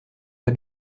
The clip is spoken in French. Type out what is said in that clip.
pas